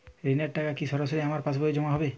ঋণের টাকা কি সরাসরি আমার পাসবইতে জমা হবে?